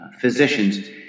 physicians